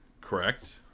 Correct